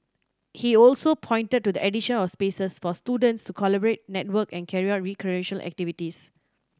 he also pointed to the addition of spaces for students to collaborate network and carry out recreational activities